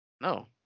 No